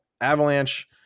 Avalanche